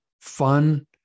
fun